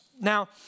Now